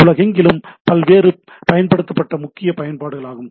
உலகெங்கிலும் பெரும்பாலும் பயன்படுத்தப்பட்ட முக்கிய பயன்பாடுகளாகும்